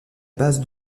base